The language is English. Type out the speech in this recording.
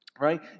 right